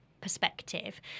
perspective